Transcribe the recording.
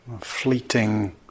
fleeting